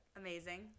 Amazing